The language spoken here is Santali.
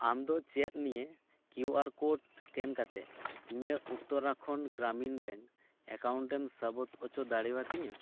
ᱟᱢ ᱫᱚ ᱪᱮᱫ ᱱᱤᱭᱟᱹ ᱠᱤᱭᱩ ᱟᱨ ᱠᱳᱰ ᱥᱠᱮᱱ ᱠᱟᱛᱮᱫ ᱤᱧᱟᱹᱜ ᱩᱛᱛᱚᱨᱟᱠᱷᱚᱸᱰ ᱜᱨᱟᱢᱤᱱ ᱵᱮᱝᱠ ᱮᱠᱟᱣᱩᱱᱴᱮᱢ ᱥᱟᱹᱵᱩᱫ ᱚᱪᱚ ᱫᱟᱲᱮᱣᱟᱹᱛᱤᱧᱟ